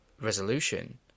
Resolution